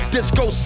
Disco